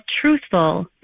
truthful